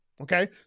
Okay